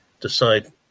decide